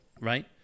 right